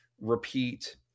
repeat